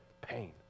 Pain